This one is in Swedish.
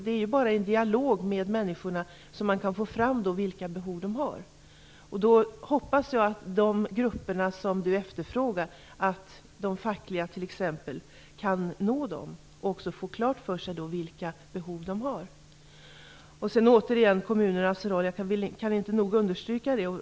Det är bara i en dialog med dem som man kan få fram vilka behov de har. Då hoppas jag att t.ex. de fackliga organisationerna kan nå de grupper som Margareta Andersson efterfrågar och även få klart för sig vilka behov de har. Återigen vill jag ta upp kommunernas roll, jag kan inte nog understryka den.